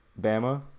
Bama